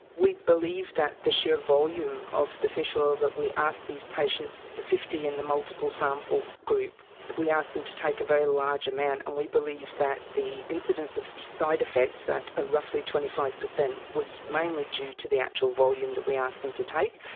we believe that the sheer volume of the fish oil that we asked these patients, the fifty in the multiple sample group, we asked them to take a very large amount and we believe that the incidence of side effects at ah roughly twenty five percent was mainly due to the actual volume that we asked them to take.